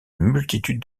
multitude